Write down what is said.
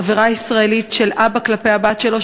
עבירה בישראל של אבא כלפי הבת שלו,